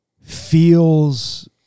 feels